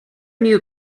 knew